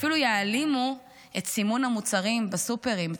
אפילו יעלימו את סימון המוצרים בסופרים,